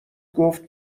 گفت